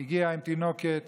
הגיעה עם תינוקת